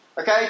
Okay